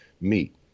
meet